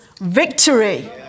victory